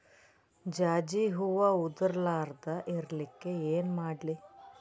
ಜಾಜಿ ಹೂವ ಉದರ್ ಲಾರದ ಇರಲಿಕ್ಕಿ ಏನ ಮಾಡ್ಲಿ?